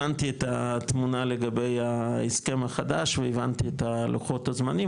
הבנתי את התמונה לגבי ההסכם החדש והבנתי את הלוחות הזמנים,